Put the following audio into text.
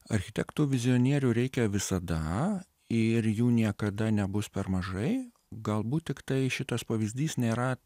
architektų vizijonierių reikia visada ir jų niekada nebus per mažai galbūt tiktai šitas pavyzdys nėra